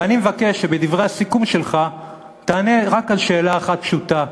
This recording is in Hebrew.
ואני מבקש שבדברי הסיכום שלך תענה רק על שאלה אחת פשוטה: